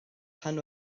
pan